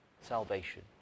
salvation